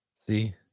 See